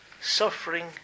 Suffering